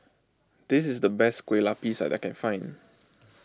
this is the best Kue Lupis that I can find